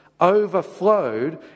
overflowed